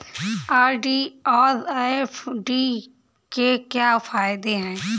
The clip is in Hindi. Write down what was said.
आर.डी और एफ.डी के क्या फायदे हैं?